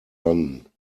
landen